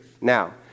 Now